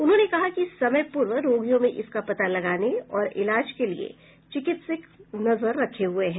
उन्होंने कहा कि समय पूर्व रोगियों में इसका पता लगाने और इलाज के लिये चिकित्सक नजर रखे हुए हैं